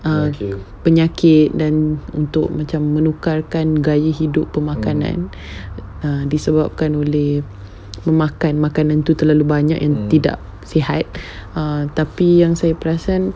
ah penyakit dan untuk macam menukarkan gaya hidup pemakanan err disebabkan oleh makan makanan tu terlalu banyak dan tidak sihat err tapi yang saya perasan